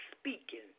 speaking